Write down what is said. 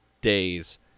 days